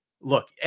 look